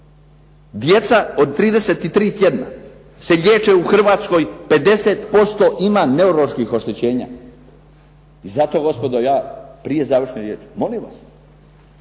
Djeca od 33 tjedna se liječe u Hrvatskoj 50% ima neuroloških oštećenja. I zato gospodo ja prije završne riječi, molim vas,